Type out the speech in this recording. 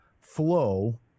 flow